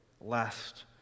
lest